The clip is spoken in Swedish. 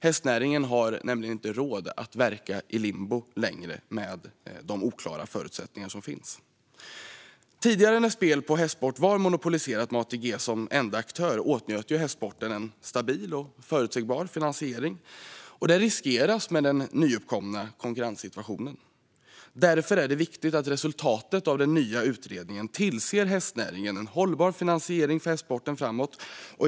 Hästnäringen har nämligen inte råd att verka i limbo längre med de oklara förutsättningar som råder. Tidigare, när spel på hästsport var monopoliserat med ATG som enda aktör, åtnjöt hästsporten en stabil och förutsägbar finansiering. Den riskeras med den nyuppkomna konkurrenssituationen. Därför är det viktigt att resultatet av den nya utredningen tillser en hållbar framtida finansiering för hästnäringen och hästsporten.